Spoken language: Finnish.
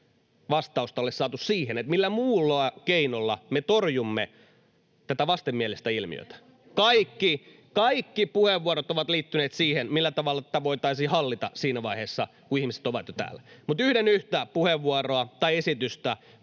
vastausta ole saatu siihen, millä muulla keinolla me torjumme tätä vastenmielistä ilmiötä. Kaikki puheenvuorot ovat liittyneet siihen, millä tavalla tätä voitaisiin hallita siinä vaiheessa, kun ihmiset ovat jo täällä, mutta yhden yhtä puheenvuoroa tai esitystä